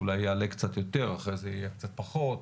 אולי יעלה קצת יותר אחרי זה יהיה קצת פחות,